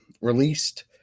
released